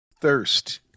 Thirst